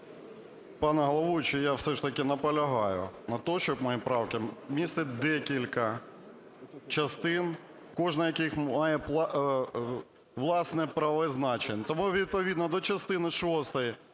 Пане головуючий, я все ж таки наполягаю на тому, що мої правки містять декілька частин, кожна з яких має власне правове значення. Тому відповідно до частини